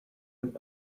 with